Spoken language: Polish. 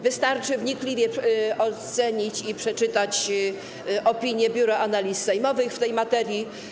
Wystarczy wnikliwie ocenić i przeczytać opinie Biura Analiz Sejmowych w tej materii.